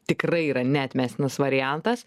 tikrai yra neatmestinas variantas